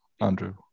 Andrew